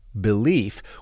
belief